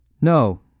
No